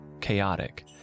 Chaotic